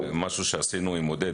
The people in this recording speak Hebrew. משהו שעשינו עם עודד,